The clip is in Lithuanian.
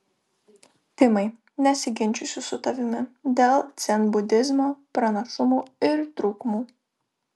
timai nesiginčysiu su tavimi dėl dzenbudizmo pranašumų ir trūkumų